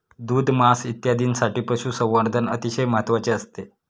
दूध, मांस इत्यादींसाठी पशुसंवर्धन अतिशय महत्त्वाचे असते